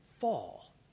fall